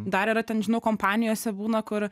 dar yra ten žinau kompanijose būna kur